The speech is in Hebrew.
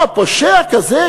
מה, הוא פושע כזה?